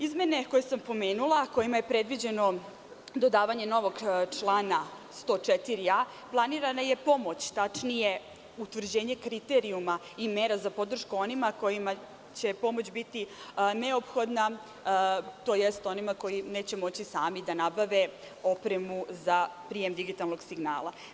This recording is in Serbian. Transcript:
Izmenama koje sam pomenula, kojima je predviđeno dodavanje novog člana 104a, planirana je pomoć, tačnije utvrđenje kriterijuma i mera za podršku onima kojima će pomoć biti neophodna, tj. onima koji neće moći sami da nabave opremu za prijem digitalnog signala.